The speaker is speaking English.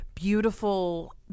Beautiful